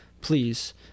please